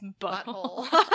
butthole